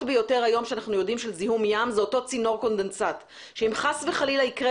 ביותר היום שאנחנו יודעים היום זה צינור קונדנסנט שאם חס וחלילה יקרה